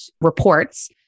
reports